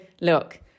look